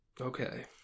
okay